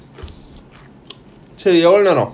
செறிய:seriya